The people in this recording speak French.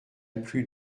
plus